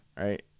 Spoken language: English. right